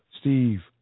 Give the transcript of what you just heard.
Steve